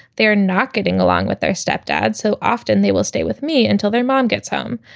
they are not getting along with their stepdad so often. they will stay with me until their mom gets home.